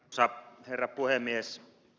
arvoisa herra puhemies